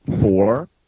four